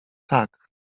tak